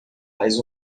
faz